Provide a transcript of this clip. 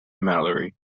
mallory